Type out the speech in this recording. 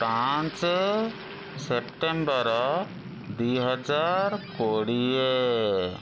ପାଞ୍ଚ ସେପ୍ଟେମ୍ବର ଦୁଇ ହଜାର କୋଡ଼ିଏ